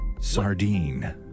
sardine